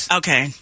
okay